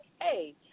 Hey